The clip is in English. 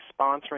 sponsoring